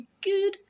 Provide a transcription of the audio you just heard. good